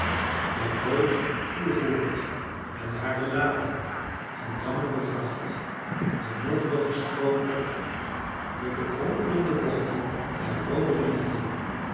de boot voer voort met hare lading van jammer bevracht den modderigen stroom op door de kronkelende bochten der roode rivier